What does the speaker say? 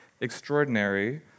extraordinary